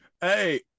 Hey